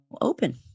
open